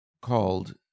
called